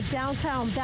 downtown